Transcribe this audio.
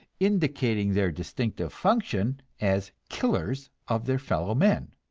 indicating their distinctive function as killers of their fellow men.